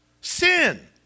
Sin